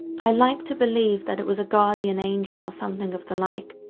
i like to believe that it was a guardian angel or something of the like,